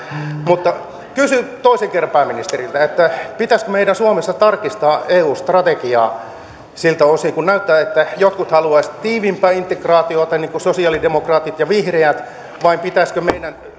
mutta kysyn toiseen kertaan pääministeriltä pitäisikö meidän suomessa tarkistaa eu strategiaa siltä osin kun näyttää että jotkut haluaisivat tiiviimpää integraatiota niin kuin sosialidemokraatit ja vihreät vai pitäisikö meidän